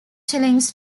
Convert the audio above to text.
shillings